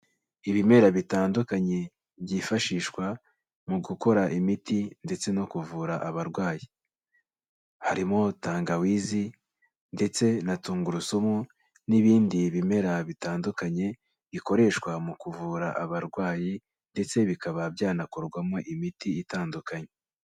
Ibimera bitandukanye byifashishwa mu gukora imiti ndetse no kuvura abarwayi. Harimo tangawizi ndetse na tungurusumu n'ibindi bimera bitandukanye bikoreshwa mu kuvura abarwayi ndetse bikaba byanakorwamo imiti itandukanye.